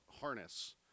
harness